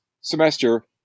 semester